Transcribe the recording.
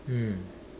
hmm